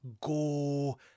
go